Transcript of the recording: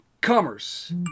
commerce